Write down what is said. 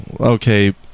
okay